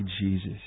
Jesus